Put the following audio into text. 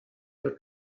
your